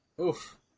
Oof